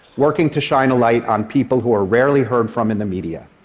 working to shine a light on people who are rarely heard from in the media.